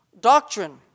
doctrine